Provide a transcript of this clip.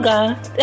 God